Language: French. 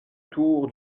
tour